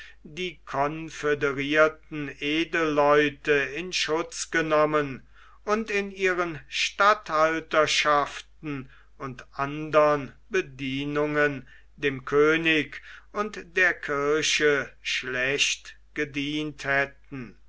die conföderierten edelleute in schutz genommen und in ihren statthalterschaften und andern bedienungen dem könige und der kirche schlecht gedient hätten